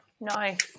Nice